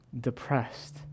depressed